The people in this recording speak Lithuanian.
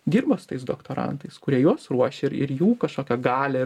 dirba su tais doktorantais kurie juos ruošia ir ir jų kažkokią galią ir